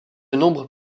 nombre